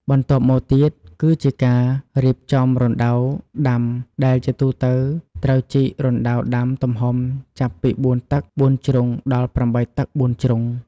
បន្ទាប់មកទៀតគឺជាការរៀបចំរណ្តៅដាំ ដែលជាទូទៅត្រូវជីករណ្ដៅទំហំចាប់ពី ៤ តឹកបួនជ្រុងដល់ ៨ តឹកបួនជ្រុង។